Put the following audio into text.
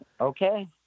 Okay